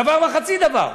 דבר וחצי דבר.